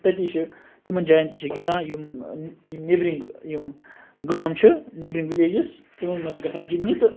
تٔتی چھِ تِمَن جایَن تہِ چھِ گِنٛدان یِم نیٚبرِم یِم گام چھِ نیٚبرِم وِلیجِز تِمَن مَنٛز چھِ گَژھان گِنٛدنہٕ تہٕ